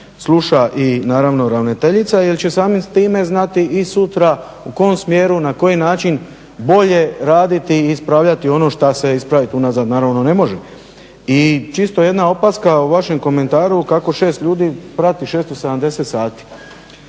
sluša i naravno ravnateljica jer će samim time znati i sutra u kom smjeru, na koji način bolje raditi i ispravljati ono šta se ispravit unazad naravno ne može. I čisto jedna opaska u vašem komentaru kako šest ljudi prati 670 sati.